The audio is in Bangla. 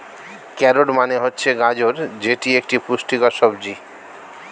ক্যারোট মানে হচ্ছে গাজর যেটি একটি পুষ্টিকর সবজি